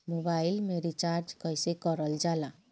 Mobile में recharge कइसे करल जाला?